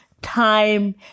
Time